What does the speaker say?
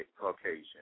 Caucasian